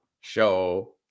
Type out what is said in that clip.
show